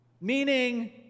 Meaning